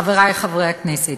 חברי חברי הכנסת,